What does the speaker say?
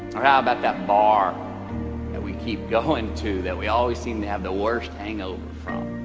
or how about that bar that we keep going to, that we always seem to have the worst hangover from?